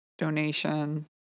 Donation